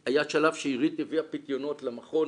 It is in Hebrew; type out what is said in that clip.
היה שלב שעירית הביאה פיתיונות למכון.